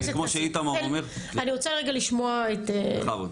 כמו שאיתמר אומר --- אני רוצה לשמוע את רונן.